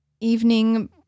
evening